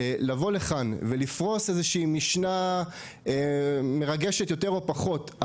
לבוא לכאן ולפרוס איזושהי משנה מרגשת יותר או פחות,